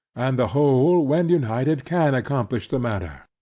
and the whole, when united, can accomplish the matter,